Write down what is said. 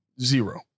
Zero